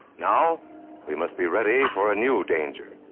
now we must be ready for a new danger,